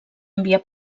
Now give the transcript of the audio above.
enviar